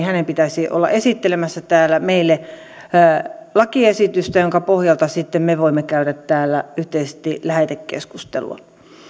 hänen pitäisi olla esittelemässä täällä meille lakiesitystä minkä pohjalta sitten me voimme käydä täällä yhteisesti lähetekeskustelua